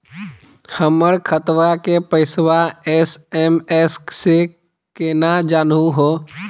हमर खतवा के पैसवा एस.एम.एस स केना जानहु हो?